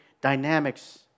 dynamics